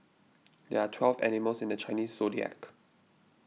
there are twelve animals in the Chinese zodiac